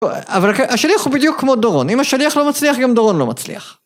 אבל השליח הוא בדיוק כמו דורון, אם השליח לא מצליח גם דורון לא מצליח.